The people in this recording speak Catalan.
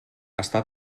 està